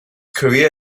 career